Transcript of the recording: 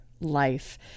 life